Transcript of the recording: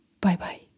bye-bye